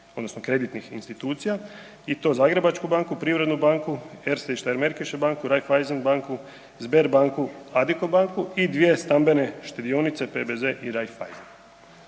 odnosno kreditnih institucija i to Zagrebačku banku, Privrednu banka, Erste & Steirmarkische banku, Raiffeisen banku, Sberbanku, Adiko banku i dvije stambene štedionice, PBZ i Raiffeisen.